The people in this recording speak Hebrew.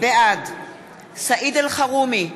בעד סעיד אלחרומי,